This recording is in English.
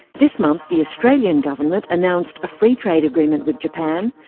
this month the australian government announced a free trade agreement with japan,